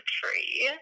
tree